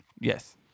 Yes